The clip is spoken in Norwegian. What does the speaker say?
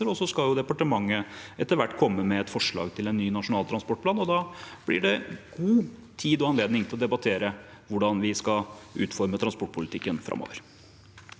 og så skal departementet etter hvert komme med et forslag til en ny nasjonal transportplan, og da blir det god tid og anledning til å debattere hvordan vi skal utforme transportpolitikken framover.